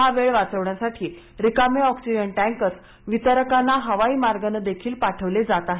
ही वेळ वाचवण्यासाठी रिकामे ऑक्सिजन टैंकर्स वितरकांना हवाई मार्गा नं देखील पाठवले जात आहेत